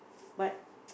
but